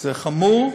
זה חמור,